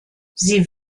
sie